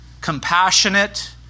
compassionate